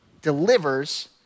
delivers